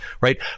Right